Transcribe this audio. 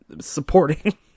supporting